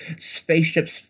spaceships